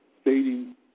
stating